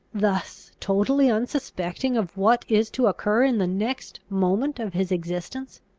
thus totally unsuspecting of what is to occur in the next moment of his existence?